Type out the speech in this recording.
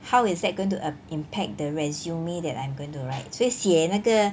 how is that going um impact the resume that I'm going to write 所以写那个